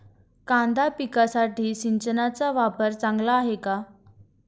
कांदा पिकासाठी सिंचनाचा वापर चांगला आहे का?